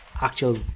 actual